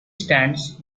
stands